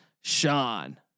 Sean